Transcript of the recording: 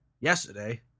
yesterday